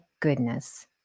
goodness